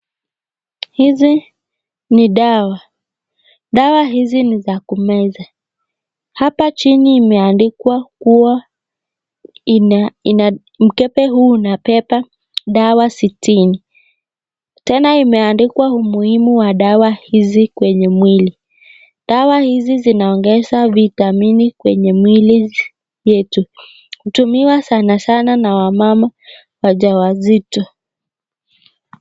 Hizi ni dawa, dawa hizi ni za kumeza hapa chini imeandikwa kuwa inaa mkebe huu unabeba dawa sitini tena imeadikwa umuhimu wa dawa hizi kwenye mwili, dawa hizi zinaongeza vitamini kwenye mwili yetu hutumiwa sana sana na wamama wajawazito.